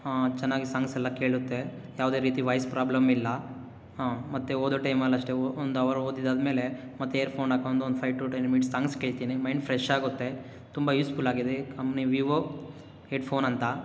ಚೆನ್ನಾಗಿ ಸಾಂಗ್ಸ್ ಎಲ್ಲ ಕೇಳುತ್ತೆ ಯಾವುದೇ ರೀತಿ ವಾಯ್ಸ್ ಪ್ರಾಬ್ಲಮ್ ಇಲ್ಲ ಹಾಂ ಮತ್ತು ಓದೋ ಟೈಮಲ್ಲಿ ಅಷ್ಟೆ ಒಂದು ಅವರ್ ಓದಿದ್ದು ಆದ್ಮೇಲೆ ಮತ್ತೆ ಇಯರ್ಫೋನ್ ಹಾಕ್ಕೊಂದು ಒಂದು five two ten minutes songs ಕೇಳ್ತೀನಿ ಮೈಂಡ್ ಫ್ರೆಶ್ ಆಗುತ್ತೆ ತುಂಬ ಯೂಸ್ಫುಲ್ ಆಗಿದೆ ಕಂಪ್ನಿ ವಿವೋ ಹೆಡ್ಫೋನ್ ಅಂತ